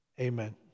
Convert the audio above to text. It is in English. Amen